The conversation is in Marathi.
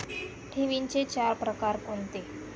ठेवींचे चार प्रकार कोणते?